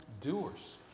doers